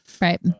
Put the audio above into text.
Right